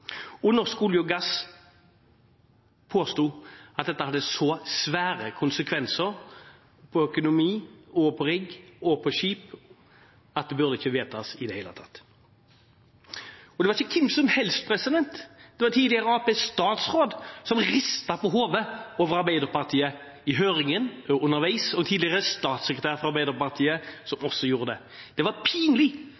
Norsk olje og gass påsto at dette hadde så svære konsekvenser for økonomi, for rigg og for skip at det ikke burde vedtas i det hele tatt. Og det var ikke hvem som helst – det var en tidligere Arbeiderparti-statsråd som ristet på hodet over Arbeiderpartiet underveis i høringen, og en tidligere statssekretær fra Arbeiderpartiet som